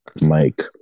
Mike